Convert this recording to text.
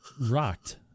rocked